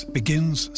begins